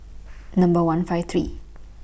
Number one five three